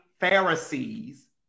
Pharisees